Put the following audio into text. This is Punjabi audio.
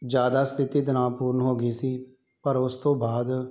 ਜ਼ਿਆਦਾ ਸਥਿਤੀ ਤਨਾਅਪੂਰਨ ਹੋ ਗਈ ਸੀ ਪਰ ਉਸ ਤੋਂ ਬਾਅਦ